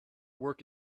work